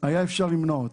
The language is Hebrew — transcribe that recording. היה אפשר למנוע.